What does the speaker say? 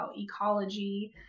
ecology